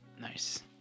Nice